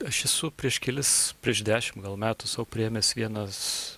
aš esu prieš kelis prieš dešimt gal metų sau priėmęs vieną